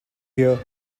here